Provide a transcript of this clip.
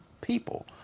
people